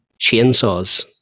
chainsaws